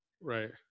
right